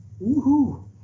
woohoo